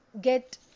get